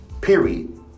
Period